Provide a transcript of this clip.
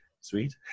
sweet